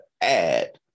add